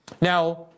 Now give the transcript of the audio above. Now